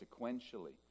sequentially